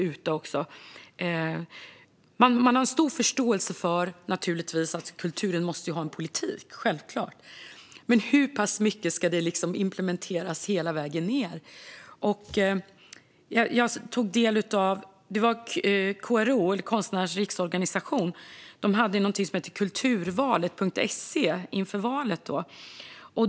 Man har naturligtvis en stor förståelse för att kulturen måste ha en politik. Men hur pass mycket ska det implementeras hela vägen ned? KRO, Konstnärernas Riksorganisation, hade någonting som hette kulturvalet.se inför valet.